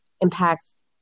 impacts